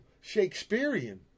Shakespearean